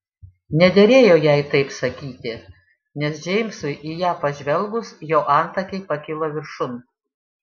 nederėjo jai taip sakyti nes džeimsui į ją pažvelgus jo antakiai pakilo viršun